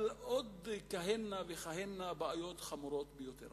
עוד כהנה וכהנה בעיות חמורות ביותר.